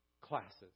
classes